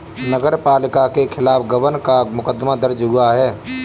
नगर पालिका के खिलाफ गबन का मुकदमा दर्ज हुआ है